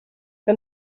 que